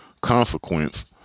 consequence